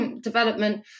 development